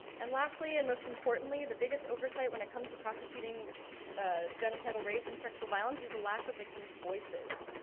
and lastly and most importantly the biggest oversight when it comes to prosecuting ah genocidal rape and sexual violence is a lack of victims' voices.